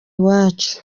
iwacu